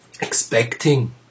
expecting